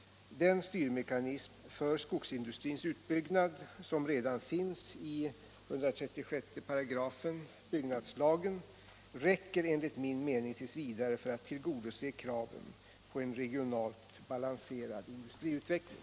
Den styrmekanism för skogsindustrins utbyggnad som redan finns i 136 a § byggnadslagen räcker enligt min mening t. v. för att tillgodose kraven på en regionalt balanserad industriutveckling.